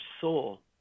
soul